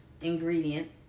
ingredient